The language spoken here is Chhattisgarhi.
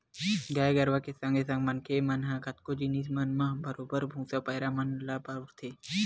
गाय गरुवा के संगे संग मनखे मन ह कतको जिनिस मन म बरोबर भुसा, पैरा मन ल बउरथे